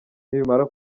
nibimara